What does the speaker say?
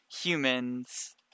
humans